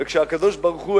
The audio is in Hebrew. וכשהקדוש-ברוך-הוא,